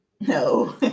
No